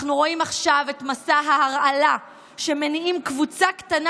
אנחנו רואים עכשיו את מסע ההרעלה שמניעה קבוצה קטנה